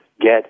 get